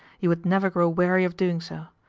you would never grow weary of doing so.